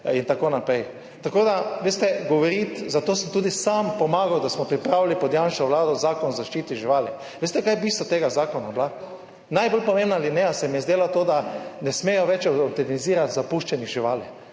in tako naprej. Tako da, veste, govoriti, zato sem tudi sam pomagal, da smo pripravili pod Janševo Vlado Zakon o zaščiti živali. Veste kaj je bistvo tega zakona bila, najbolj pomembna alineja se mi je zdela to, da ne smejo več evtanizirati zapuščenih živali.